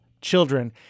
children